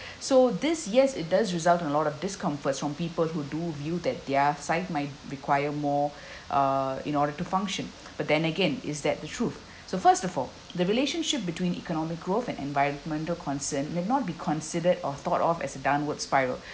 so these years it does result in a lot of discomfort from people who do view that their side might require more uh in order to function but then again is that the truth so first of all the relationship between economic growth and environmental concerns may not be considered or thought of as a downward spiral